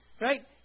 Right